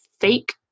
fake